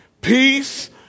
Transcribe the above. Peace